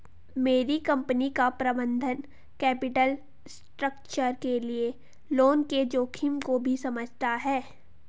मेरी कंपनी का प्रबंधन कैपिटल स्ट्रक्चर के लिए लोन के जोखिम को भी समझता है